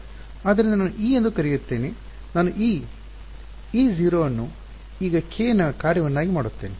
ಆದ್ದರಿಂದ ನಾನು E ಎಂದು ಕರೆಯುತ್ತೇನೆ ನಾನು ಈ E0 ಅನ್ನು ಈಗ k ನ ಕಾರ್ಯವನ್ನಾಗಿ ಮಾಡುತ್ತೇನೆ